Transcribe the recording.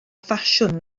ffasiwn